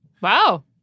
Wow